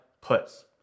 puts